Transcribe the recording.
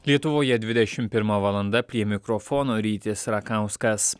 lietuvoje dvidešimt pirma valanda prie mikrofono r rakauskas